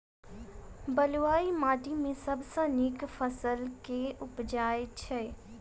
बलुई माटि मे सबसँ नीक फसल केँ उबजई छै?